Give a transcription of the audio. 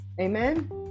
Amen